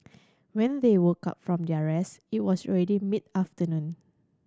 when they woke up from their rest it was already mid afternoon